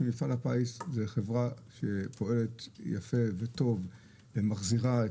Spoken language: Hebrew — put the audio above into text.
שמפעל הפיס זאת חברה שפועלת יפה וטוב ומחזירה,